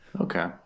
okay